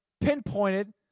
pinpointed